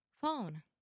phone